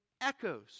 echoes